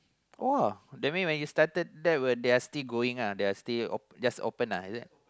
!woah! that mean when you started that when they are still going ah they are still uh just open ah is it